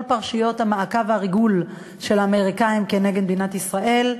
את כל פרשיות המעקב והריגול של האמריקנים כנגד מדינת ישראל,